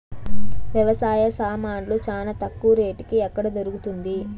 వ్యవసాయ సామాన్లు చానా తక్కువ రేటుకి ఎక్కడ దొరుకుతుంది?